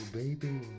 baby